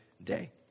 day